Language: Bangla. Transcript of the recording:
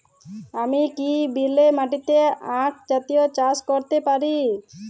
আমি কি বেলে মাটিতে আক জাতীয় চাষ করতে পারি?